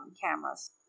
cameras